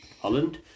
Holland